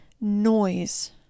noise